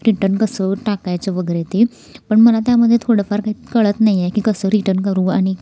return कसं टाकायचं वगैरे ते पण मला त्यामध्ये थोडंफार काही कळत नाही आहे की कसं रिटर्न करू आणि